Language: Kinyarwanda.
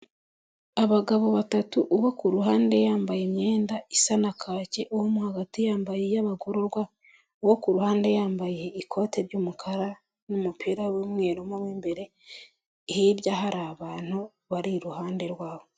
Abagabo batatu uwo ku ruhande yambaye imyenda isa na kaki, uwo hagati yambaye y'abagororwa uwo ku ruhande yambaye ikote ry'umukara n'umupira, w'umweruma, mo imbere hirya hari abantu bari iruhande rwabo.